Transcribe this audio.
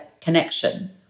connection